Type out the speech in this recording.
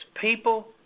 people